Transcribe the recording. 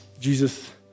Jesus